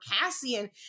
Cassian